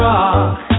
Rock